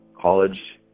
college